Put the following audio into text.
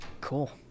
cool